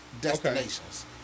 Destinations